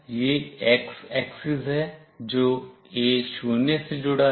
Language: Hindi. यह x axis है जो A0 से जुड़ा है